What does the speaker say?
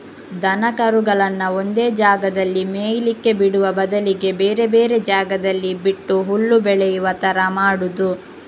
ದನ ಕರುಗಳನ್ನ ಒಂದೇ ಜಾಗದಲ್ಲಿ ಮೇಯ್ಲಿಕ್ಕೆ ಬಿಡುವ ಬದಲಿಗೆ ಬೇರೆ ಬೇರೆ ಜಾಗದಲ್ಲಿ ಬಿಟ್ಟು ಹುಲ್ಲು ಬೆಳೆಯುವ ತರ ಮಾಡುದು